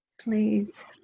please